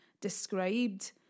described